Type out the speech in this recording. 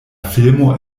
filmo